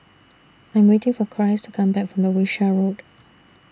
I Am waiting For Christ to Come Back from Wishart Road